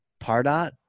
pardot